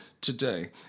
today